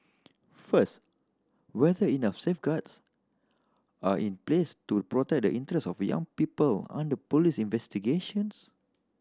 first whether enough safeguards are in place to protect the interest of young people under police investigations